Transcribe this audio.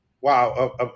Wow